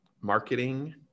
marketing